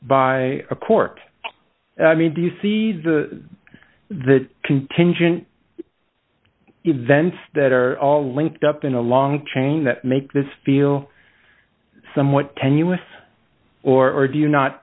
a court i mean do you see the the contingent events that are all linked up in a long chain that make this feel somewhat tenuous or do you not